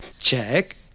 Check